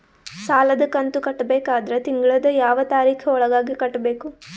ಸಾಲದ ಕಂತು ಕಟ್ಟಬೇಕಾದರ ತಿಂಗಳದ ಯಾವ ತಾರೀಖ ಒಳಗಾಗಿ ಕಟ್ಟಬೇಕು?